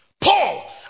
Paul